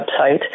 website